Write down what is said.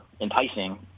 enticing